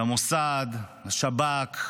למוסד, לשב"כ,